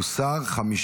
הוסרו.